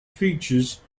features